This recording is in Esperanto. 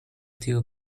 tiu